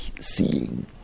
seeing